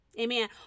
Amen